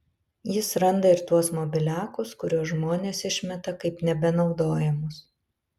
jis randa ir tuos mobiliakus kuriuos žmonės išmeta kaip nebenaudojamus